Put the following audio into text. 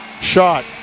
shot